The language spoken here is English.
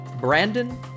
Brandon